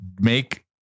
make